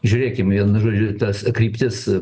žiurėkim vienu žodžius tas kryptis